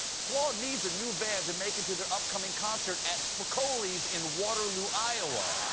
flaw needs a new van to make it to their upcoming concert at spicoli's in waterloo, iowa.